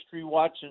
watching